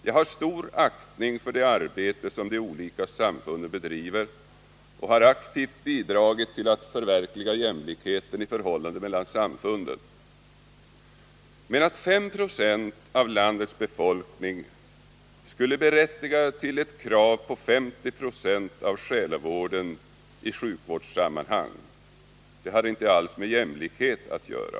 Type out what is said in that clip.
Jag har stor aktning för det arbete som de olika samfunden bedriver och har aktivt bidragit till att förverkliga jämlikheteni förhållandet mellan samfunden. Men att ett underlag av 5 96 av landets befolkning skulle berättiga till ett krav på 50 96 av själavården i Nr 149 sjukvårdssammanhang — det har inte alls med jämlikhet att göra.